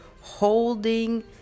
holding